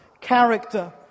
character